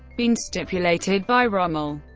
been stipulated by rommel.